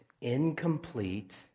incomplete